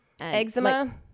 Eczema